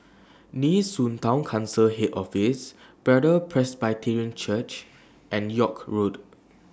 Nee Soon Town Council Head Office Bethel Presbyterian Church and York Road